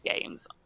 games